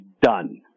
done